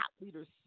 leaders